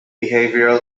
behavioral